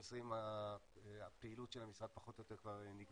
ב-2020 הפעילות של המשרד פחות או יותר כבר נקבעה,